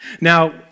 Now